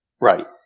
Right